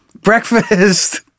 Breakfast